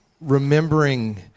remembering